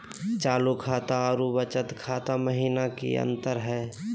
चालू खाता अरू बचत खाता महिना की अंतर हई?